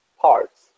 parts